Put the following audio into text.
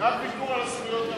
זה רק ויתור על זכויות הבית.